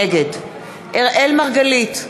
נגד אראל מרגלית,